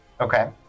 Okay